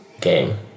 game